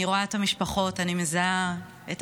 אני רואה את המשפחות.